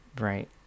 right